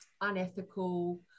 unethical